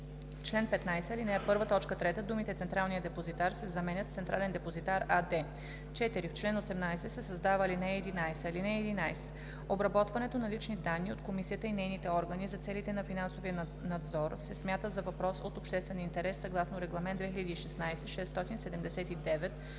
чл. 15, ал. 1, т. 3 думите „Централния депозитар“ се заменят с „Централен депозитар“ АД“. 4. В чл. 18 се създава ал. 11: „(11) Обработването на лични данни от Комисията и нейните органи за целите на финансовия надзор се смята за въпрос от обществен интерес съгласно Регламент (ЕС) 2016/679